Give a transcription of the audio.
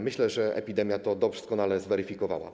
Myślę, że epidemia to doskonale zweryfikowała.